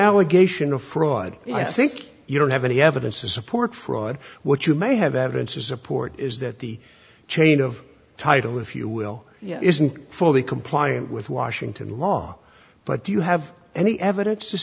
allegation of fraud and i think you don't have any evidence to support fraud what you may have evidence to support is that the chain of title if you will isn't fully compliant with washington law but do you have any evidence to